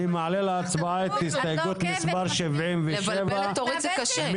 אנחנו עוברים להנמקת הסתייגות מספר 73, בבקשה.